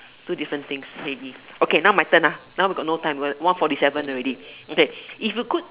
two different things maybe okay now my turn ah now we got no time one forty seven already okay if you could